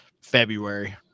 February